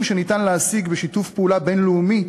שניתן להשיג בשיתוף פעולה בין-לאומי,